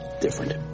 different